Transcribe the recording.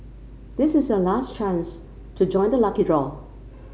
this is your last chance to join the lucky draw